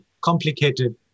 complicated